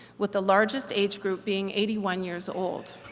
with the largest age group being eighty one years old.